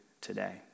today